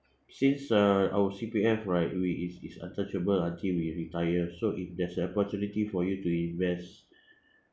since uh our C_P_F right we is is untouchable until we retire so if there's an opportunity for you to invest